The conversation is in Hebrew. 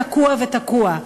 תקוע ותקוע.